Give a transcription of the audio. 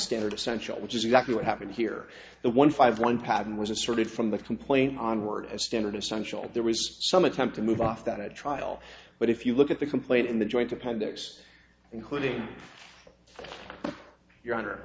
standard essential which is exactly what happened here the one five one pattern was a sort of from the complaint on word a standard essential there was some attempt to move off that a trial but if you look at the complaint in the joint appendix including your honor